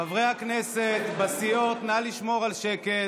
חברי הכנסת, בסיעות, נא לשמור על שקט.